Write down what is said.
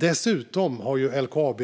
Dessutom har LKAB